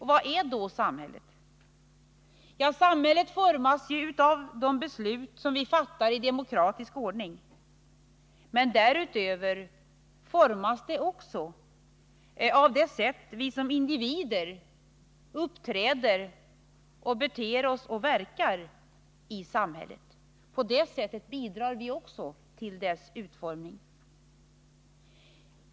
Vad är då samhället? Ja, det kan formas genom de beslut vi fattar i demokratisk ordning, men därutöver formas det av det sätt på vilket vi som individer uppträder och beter oss och verkar i samhället. På det viset bidrar vi också till dess utformning.